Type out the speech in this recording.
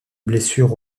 blessure